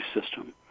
system